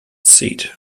seat